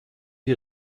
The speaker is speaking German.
die